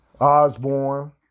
Osborne